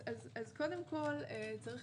אני רוצה